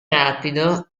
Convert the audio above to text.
rapido